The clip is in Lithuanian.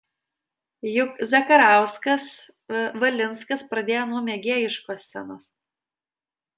juk zakarauskas valinskas pradėjo nuo mėgėjiškos scenos